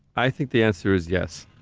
i think the answer is yes,